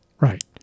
Right